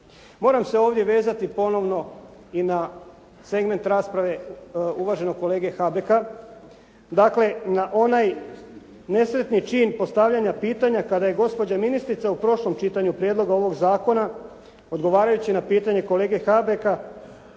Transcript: Moram se ovdje vezati ponovno i na segment rasprave uvaženog kolege Habeka, dakle, na onaj nesretni čin postavljanja pitanja, kada je gospođa ministrica u prošlom čitanju prijedloga ovoga zakona, odgovarajući na pitanje kolege Habeka